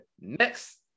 Next